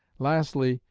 lastly,